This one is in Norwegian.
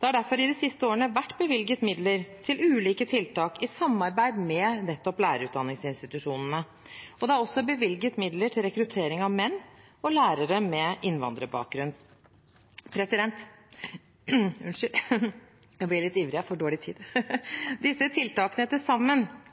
Det har derfor de siste årene vært bevilget midler til ulike tiltak i samarbeid med lærerutdanningsinstitusjonene. Det er også bevilget midler til rekruttering av menn og av lærere med innvandrerbakgrunn. Disse tiltakene til sammen er med på å øke attraktiviteten til læreryrket. De er med på å øke rekrutteringen og til